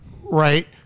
Right